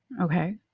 Okay